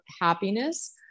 happiness